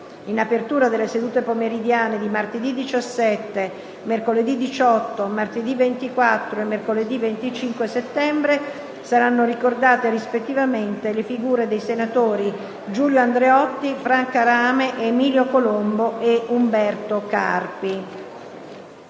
In apertura delle sedute pomeridiane di martedì 17, mercoledì 18, martedì 24 e mercoledì 25 settembre, saranno ricordate, rispettivamente, le figure dei senatori Giulio Andreotti, Franca Rame, Emilio Colombo e Umberto Carpi.